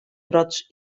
brots